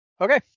Okay